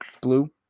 blue